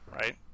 right